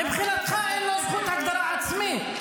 מבחינתך אין לו זכות הגדרה עצמית,